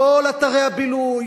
כל אתרי הבילוי,